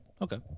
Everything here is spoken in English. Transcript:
Okay